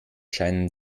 scheinen